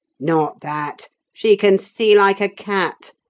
not that. she can see like a cat.